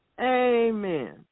Amen